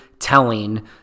Telling